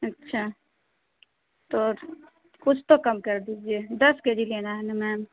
اچھا تو کچھ تو کم کر دیجیے دس کے جی لینا ہے نا میم